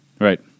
Right